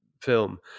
film